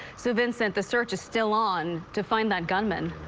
so then sent the search is still on to find that gunman.